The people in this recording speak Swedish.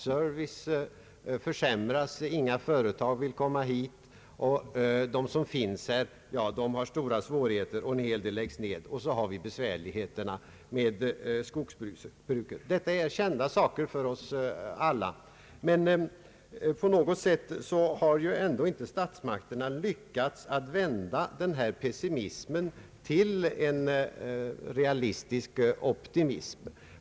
Servicen försämras, inga företag vill komma hit, och de som finns här har stora svårigheter. En hel del av dem läggs ned. Och så har vi besvärligheter med skogsbruket. Detta är saker och ting som är kända för oss alla. Men på något sätt har ändå inte statsmakterna lyckats vända denna pessimism till en realistisk optimism.